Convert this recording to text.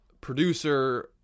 producer